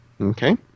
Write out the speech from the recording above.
Okay